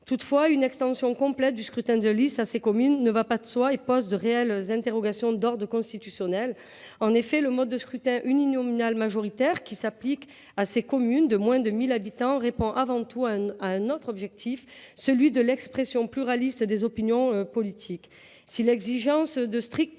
Toutefois, une extension complète du scrutin de liste à ces communes ne va pas de soi et pose de réelles interrogations d’ordre constitutionnel. En effet, le mode de scrutin uninominal majoritaire qui s’applique aux communes de moins de 1 000 habitants répond avant tout à un autre objectif, celui de l’expression pluraliste des opinions politiques.